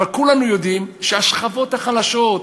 אבל כולנו יודעים שהשכבות החלשות,